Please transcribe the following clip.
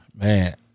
Man